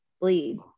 bleed